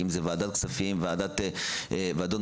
אם זאת ועדת הכספים וועדות נוספות.